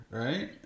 right